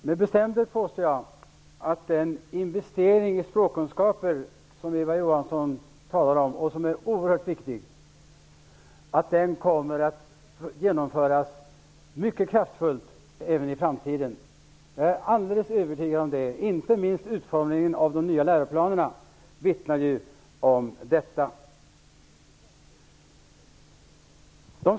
Herr talman! Med bestämdhet påstår jag att den investering i språkkunskaper som Eva Johansson talade om och som är oerhört viktig kommer att genomföras mycket kraftfullt även i framtiden. Det är jag alldeles övertygad om. Inte minst utformningen av de nya läroplanerna vittnar ju om detta. Herr talman!